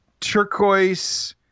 Turquoise